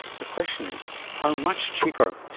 the question is how much cheaper?